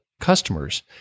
customers